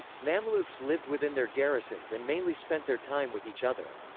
mamluks lived within their garrisons and mainly spent their time with each other.